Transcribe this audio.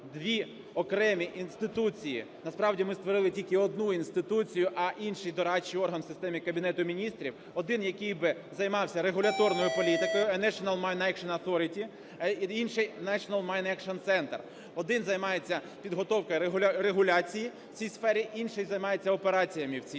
дві окремі інституції. Насправді ми створили тільки одну інституцію, а інший – дорадчий орган в системі Кабінету Міністрів. Один, який би займався регуляторною політикою, – National Mine Action Sorority, інший – National Mine Action Center. Один займається підготовкою регуляції в цій сфері, інший займається операціями в цій сфері.